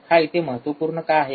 हा इथे महत्त्वपूर्ण का आहे